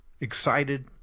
excited